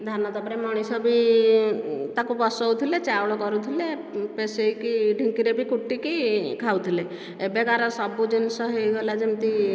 ଧାନ ତାପରେ ମଣିଷ ବି ତାକୁ ବସାଉଥିଲେ ଚାଉଳ କରୁଥିଲେ ପେସେଇକି ଢିଙ୍କିରେ ବି କୁଟିକି ଖାଉଥିଲେ ଏବେକାର ସବୁ ଜିନିଷ ହୋଇଗଲା ଯେମିତି